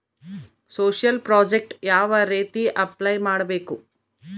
Social project ಯಾವ ರೇತಿ apply ಮಾಡಬೇಕು?